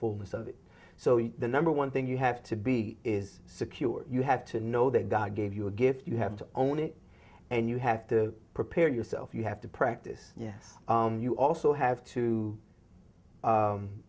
fullness of it so the number one thing you have to be is secure you have to know that god gave you a gift you have to own it and you have to prepare yourself you have to practice yes you also have to